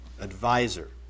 advisor